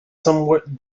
somewhat